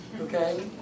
okay